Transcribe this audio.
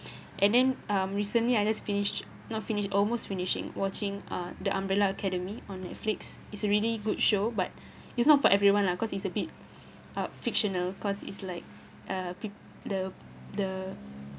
and then um recently I just finished not finished almost finishing watching uh the umbrella academy on Netflix it's a really good show but it's not for everyone lah cause it's a bit uh fictional cause it's like uh peo~ the the